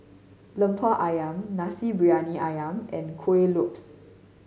Lemper Ayam Nasi Briyani Ayam and Kuih Lopes